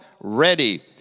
ready